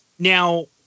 Now